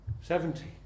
Seventy